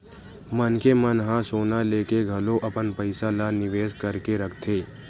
मनखे मन ह सोना लेके घलो अपन पइसा ल निवेस करके रखथे